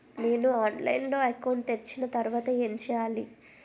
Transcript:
నేను ఆన్లైన్ లో అకౌంట్ తెరిచిన తర్వాత ఏం చేయాలి?